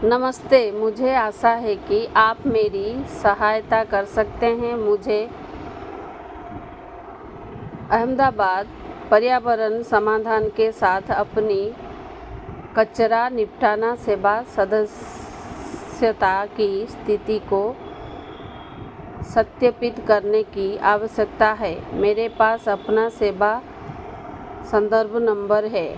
नमस्ते मुझे आशा है कि आप मेरी सहायता कर सकते हैं मुझे अहमदाबाद पर्यावरण समाधान के साथ अपने कचरा निपटान सेवा सदस्यता की स्थिति को सत्यपित करने की आवश्यकता है मेरे पास अपना सेवा संदर्भ नंबर है